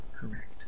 correct